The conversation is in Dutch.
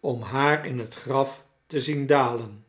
om haar in het graf te zien dalen